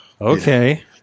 okay